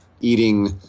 eating